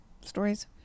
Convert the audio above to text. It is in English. stories